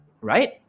right